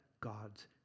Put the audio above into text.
God's